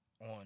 On